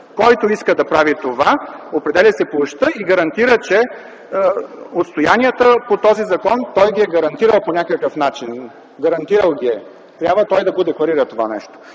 Който иска да прави това, определя площта и гарантира, че отстоянията по този закон ги е гарантирал по някакъв начин. Гарантирал ги е, трябва да декларира това нещо.